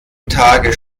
tage